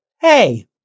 hey